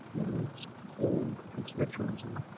and old constituency,